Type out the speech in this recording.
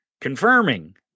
confirming